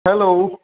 hello